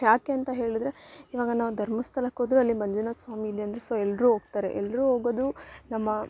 ಯಾಕೆ ಅಂತ ಹೇಳಿದ್ರೆ ಇವಾಗ ನಾವು ಧರ್ಮಸ್ಥಳಕ್ ಹೋದ್ರು ಅಲ್ಲಿ ಮಂಜುನಾಥ ಸ್ವಾಮಿ ಇದೆ ಅಂದರೆ ಸೊ ಎಲ್ಲರು ಹೋಗ್ತಾರೆ ಎಲ್ಲರು ಹೋಗದು ನಮ್ಮ